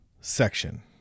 section